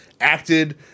acted